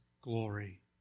glory